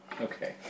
Okay